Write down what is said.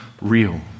real